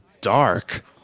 dark